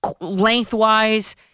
lengthwise